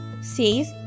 says